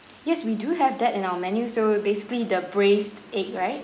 yes we do have that in our menu so basically the braised egg right